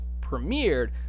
premiered